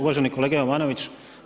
Uvaženi kolega Jovanović.